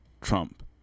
Trump